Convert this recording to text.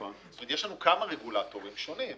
זאת אומרת, יש לנו כמה רגולטורים שונים.